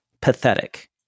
pathetic